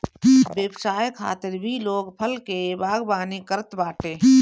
व्यवसाय खातिर भी लोग फल के बागवानी करत बाटे